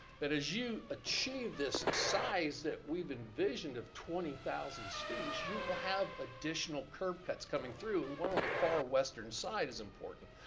but as you achieve this size that we've envisioned of twenty thousand students, you will have additional curb cuts coming through. the and one on the far western side is important.